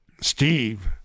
Steve